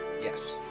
yes